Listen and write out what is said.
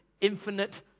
infinite